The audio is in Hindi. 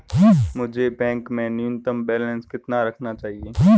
मुझे बैंक में न्यूनतम बैलेंस कितना रखना चाहिए?